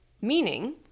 Meaning